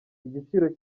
igiciro